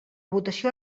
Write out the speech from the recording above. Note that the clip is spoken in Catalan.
votació